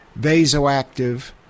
vasoactive